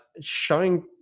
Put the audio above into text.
showing